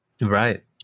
Right